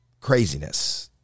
craziness